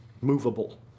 movable